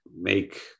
make